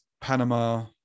panama